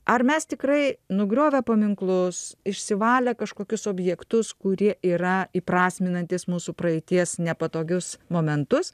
ar mes tikrai nugriovę paminklus išsivalę kažkokius objektus kurie yra įprasminantys mūsų praeities nepatogius momentus